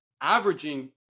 Averaging